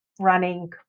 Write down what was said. running